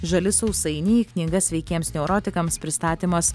žali sausainiai knyga sveikiems neurotikams pristatymas